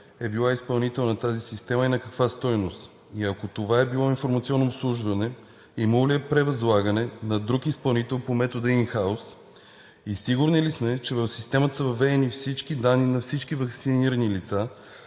е била изпълнител на тази система и на каква стойност? И ако това е било информационно обслужване, имало ли е превъзлагане на друг изпълнител по метода ин хаус, и сигурни ли сме, че в системата са въведени всички данни на всички ваксинирани лица,